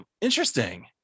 interesting